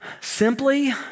Simply